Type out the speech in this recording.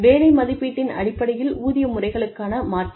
வேலை மதிப்பீட்டின் அடிப்படையில் ஊதிய முறைகளுக்கான மாற்று